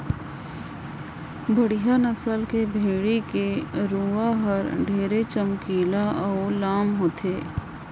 बड़िहा नसल के भेड़ी के रूवा हर ढेरे चमकीला अउ लाम होथे